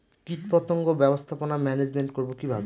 কীটপতঙ্গ ব্যবস্থাপনা ম্যানেজমেন্ট করব কিভাবে?